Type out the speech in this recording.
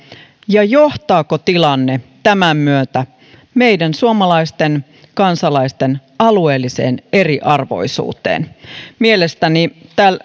ja johtaako tilanne tämän myötä meidän suomalaisten kansalaisten alueelliseen eriarvoisuuteen mielestäni